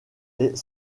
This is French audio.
est